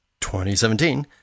2017